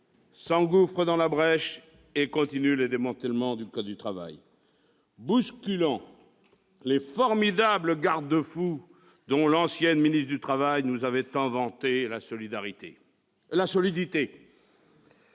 s'engouffre dans la brèche et continue le démantèlement du code du travail, bousculant les « formidables garde-fous » dont l'ancienne ministre du travail nous avait tant vanté la solidité.